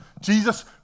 Jesus